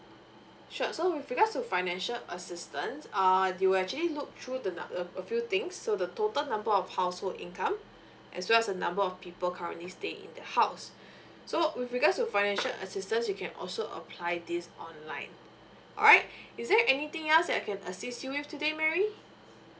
sure so with regards to financial assistance err they will actually look through the not a a few things so the total number of household income as well as the number of people currently staying in the house so with regards to financial assistance you can also apply this online alright is there anything else I can assist you with today mary